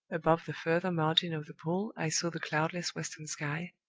above the farther margin of the pool i saw the cloudless western sky,